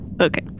Okay